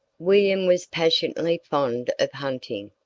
william was passionately fond of hunting,